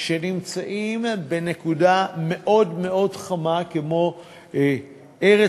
לכן אני מציע לכולם לבוא ולהסתכל בצעד